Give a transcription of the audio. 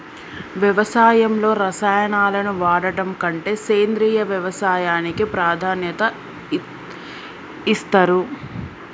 వ్యవసాయంలో రసాయనాలను వాడడం కంటే సేంద్రియ వ్యవసాయానికే ప్రాధాన్యత ఇస్తరు